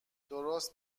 درست